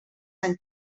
sant